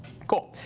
cool.